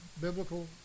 biblical